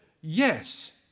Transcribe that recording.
yes